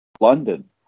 London